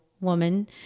woman